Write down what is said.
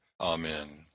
Amen